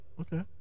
Okay